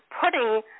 putting